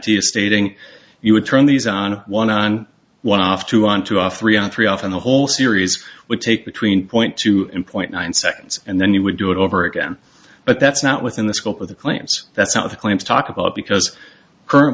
patentee is stating you would turn these on one on one off two on two or three on three off in the whole series would take between point to point nine seconds and then you would do it over again but that's not within the scope of the plans that's not the claim to talk about because current